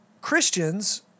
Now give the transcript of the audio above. Christians